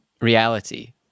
reality